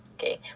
okay